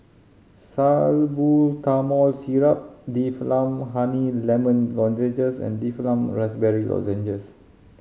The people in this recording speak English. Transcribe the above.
Salbutamol Syrup Difflam Honey Lemon Lozenges and Difflam Raspberry Lozenges